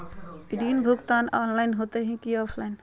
ऋण भुगतान ऑनलाइन होते की ऑफलाइन?